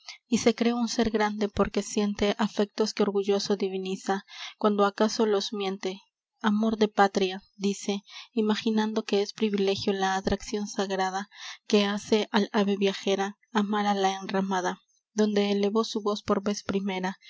y se cree un sér grande porque siente afectos que orgulloso diviniza cuando acaso los miente amor de patria dice imaginando que es privilegio la atraccion sagrada que hace al ave viajera amar á la enramada donde elevó su voz por vez primera